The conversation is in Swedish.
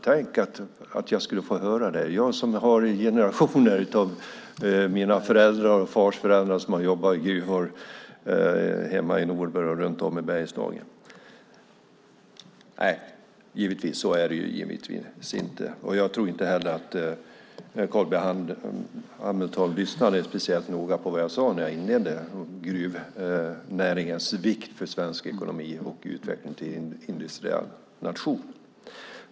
Tänk att jag skulle få höra det, jag som har generationer, mina föräldrar och fars föräldrar, som har jobbat i gruvor i min hemkommun Norberg och runt om i Bergslagen. Nej, givetvis är det inte fråga om gruvfientlighet. Jag tror inte att Carl B Hamilton lyssnade speciellt noga vad jag sade när jag inledde med att tala om gruvnäringens vikt för svensk ekonomi och utveckling till en industrination.